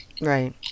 Right